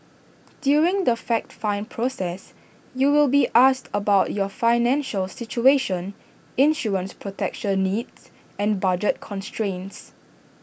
during the fact find process you will be asked about your financial situation insurance protection needs and budget constraints